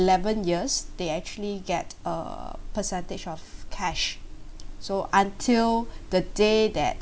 eleven years they actually get a percentage of cash so until the day that